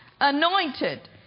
anointed